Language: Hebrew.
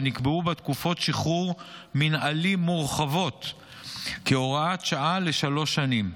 ונקבעו בה תקופות שחרור מינהלי מורחבות כהוראת שעה לשלוש שנים.